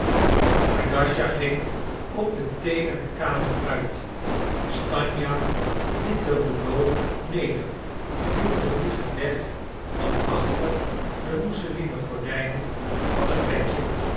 agasija ging op de teenen de kamer uit stanja liet de rouleaux neder joeg de vliegen weg van achter de mousselinen gordijnen van het bedje